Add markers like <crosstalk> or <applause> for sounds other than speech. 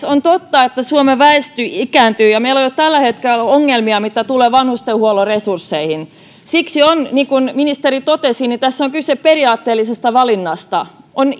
<unintelligible> on totta että suomen väestö ikääntyy ja meillä on jo tällä hetkellä ongelmia mitä tulee vanhustenhuollon resursseihin siksi niin kuin ministeri totesi tässä on kyse periaatteellisesta valinnasta on <unintelligible>